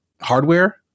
hardware